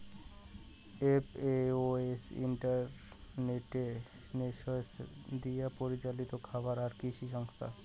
FAO A United Nations দিয়াপরিচালিত খাবার আর কৃষি সংস্থা